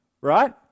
right